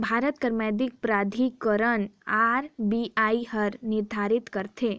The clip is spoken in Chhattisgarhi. भारत कर मौद्रिक प्राधिकरन आर.बी.आई हर निरधारित करथे